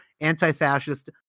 anti-fascist